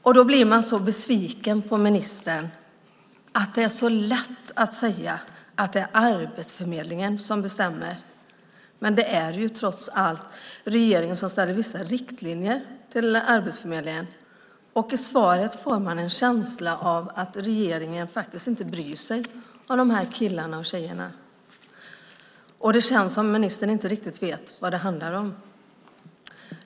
Därför blir jag så besviken på ministern - att det är så lätt att säga att det är Arbetsförmedlingen som bestämmer! Det är ju trots allt regeringen som ger Arbetsförmedlingen vissa riktlinjer. I svaret får man en känsla av att regeringen faktiskt inte bryr sig om de här killarna och tjejerna. Det känns som att ministern inte riktigt vet vad det handlar om.